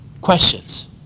Questions